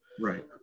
Right